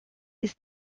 ist